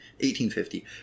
1850